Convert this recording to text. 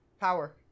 power